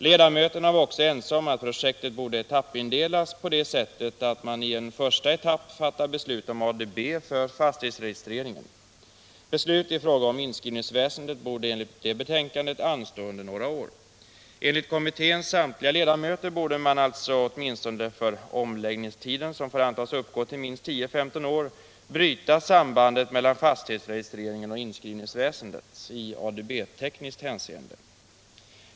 Ledamöterna var också ense om att projektet borde etappindelas på det sättet att man i en första etapp fattade beslut om ADB för fastighetsregistreringen. Beslut i fråga om inskrivningsväsendet borde enligt betänkandet anstå under några år. Enligt kommitténs samtliga ledamöter borde man sålunda — åtminstone för omläggningstiden, som får antas uppgå till minst 10-15 år — bryta sambandet mellan fastighetsregistreringen och inskrivningsväsendet i ADB-tekniskt hänseende.